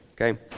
Okay